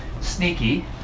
sneaky